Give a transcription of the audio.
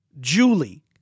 Julie